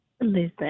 Listen